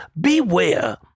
Beware